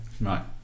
Right